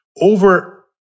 over